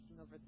over